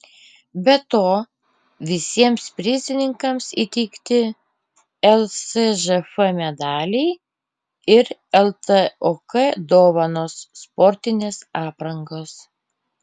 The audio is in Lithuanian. be to visiems prizininkams įteikti lsžf medaliai ir ltok dovanos sportinės aprangos